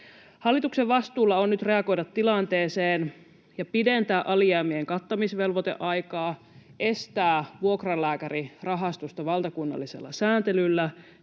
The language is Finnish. Hallituksen vastuulla on nyt reagoida tilanteeseen ja pidentää alijäämien kattamisvelvoiteaikaa, estää vuokralääkärirahastusta valtakunnallisella sääntelyllä